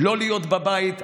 לא להיות בבית,